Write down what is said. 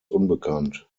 unbekannt